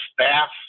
staff